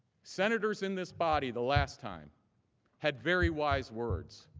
senators in this body the last time had very wise words.